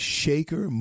shaker